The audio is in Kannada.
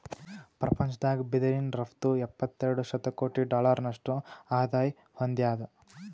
ಪ್ರಪಂಚದಾಗ್ ಬಿದಿರಿನ್ ರಫ್ತು ಎಪ್ಪತ್ತೆರಡು ಶತಕೋಟಿ ಡಾಲರ್ನಷ್ಟು ಆದಾಯ್ ಹೊಂದ್ಯಾದ್